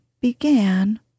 began